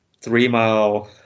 three-mile